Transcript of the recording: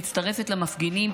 מצטרפת למפגינים,